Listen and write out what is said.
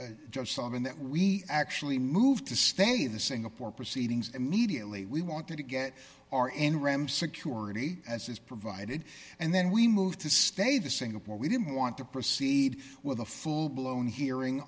just something that we actually moved to stay the singapore proceedings immediately we wanted to get our end ram security as is provided and then we moved to stay the singapore we didn't want to proceed with a full blown hearing